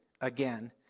again